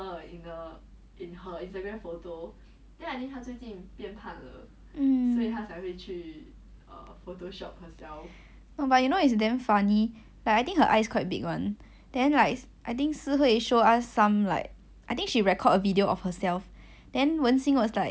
!wah! but you know it's damn funny but I think her eyes quite big [one] then like I think si hui show us some like I think she record a video of herself then wen hsing was like did you notice 他整个 video 都没有眨眼睛 like she never blink at all then we like ya sia why ah damn creepy